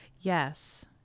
Yes